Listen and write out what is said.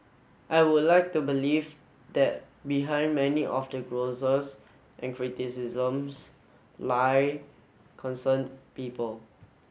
I would like to believe that behind many of the grouses and criticisms lie concerned people